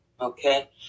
okay